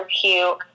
cute